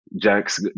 Jack's